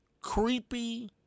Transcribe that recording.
creepy